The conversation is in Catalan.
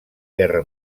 guerra